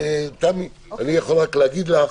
תמי, אני יכול להגיד לך